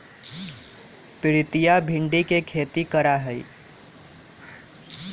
प्रीतिया भिंडी के खेती करा हई